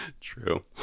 True